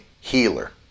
healer